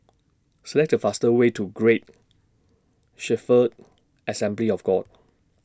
Select The fastest Way to Great Shepherd Assembly of God